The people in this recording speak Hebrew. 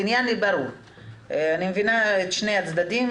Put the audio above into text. אני מבינה את שני הצדדים.